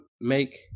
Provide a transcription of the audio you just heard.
make